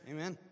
Amen